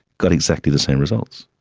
got exactly the same results.